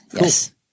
Yes